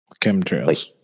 chemtrails